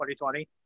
2020